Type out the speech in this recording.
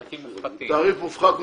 תעריף מופחת מאוד.